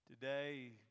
Today